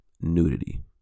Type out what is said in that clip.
nudity